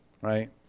right